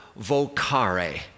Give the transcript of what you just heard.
vocare